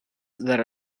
that